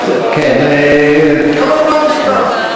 המידע בדבר פרטי האכלוס ואבזור המבנה בעת ההריסה,